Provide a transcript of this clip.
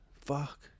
fuck